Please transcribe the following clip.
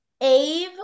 Ave